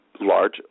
large